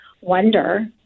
wonder